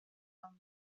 own